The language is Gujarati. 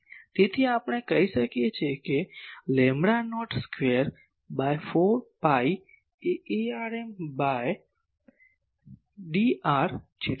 તેથી આપણે કહી શકીએ કે lambda naught square by ૪ pi એ Arm બાય Dr જેટલું છે